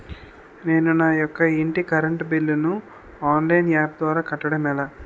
నేను నా యెక్క ఇంటి కరెంట్ బిల్ ను ఆన్లైన్ యాప్ ద్వారా కట్టడం ఎలా?